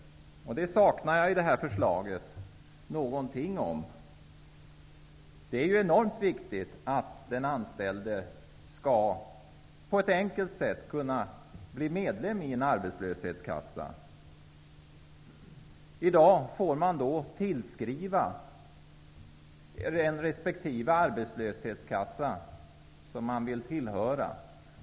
I det här förslaget saknar jag någonting om detta. Det är enormt viktigt att den anställde på ett enkelt sätt skall kunna bli medlem i en arbetslöshetskassa. I dag får man tillskriva den arbetslöshetskassa som man vill tillhöra.